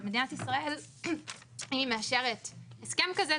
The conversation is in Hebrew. אם מדינת ישראל מאשרת הסכם כזה,